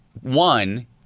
one